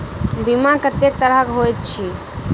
बीमा कत्तेक तरह कऽ होइत छी?